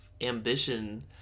ambition